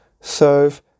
serve